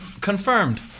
Confirmed